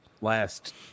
last